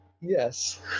yes